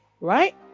Right